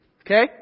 Okay